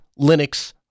Linux